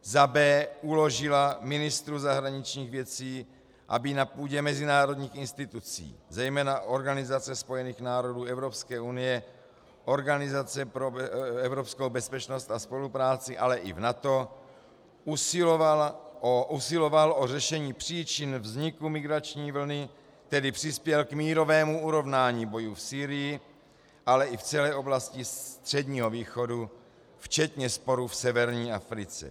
b) uložila ministru zahraničních věcí, aby na půdě mezinárodních institucí, zejména Organizace spojených národů, Evropské unie, Organizace pro evropskou bezpečnost a spolupráci, ale i v NATO, usiloval o řešení příčin vzniku migrační vlny, tedy přispěl k mírovému urovnání bojů v Sýrii, ale i v celé oblasti Středního východu, včetně sporů v severní Africe;